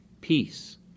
peace